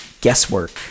guesswork